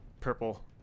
purple